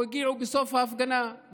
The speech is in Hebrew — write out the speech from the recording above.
או הגיעו בסוף ההפגנה,